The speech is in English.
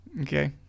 Okay